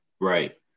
Right